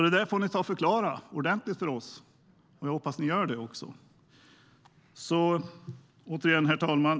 Det där får ni förklara ordentligt för oss. Jag hoppas att ni gör det också. Herr talman!